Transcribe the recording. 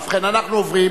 ובכן, אנחנו עוברים